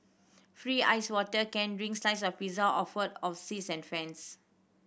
free iced water can drink slice of pizza offer of seats and fans